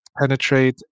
penetrate